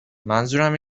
منظورم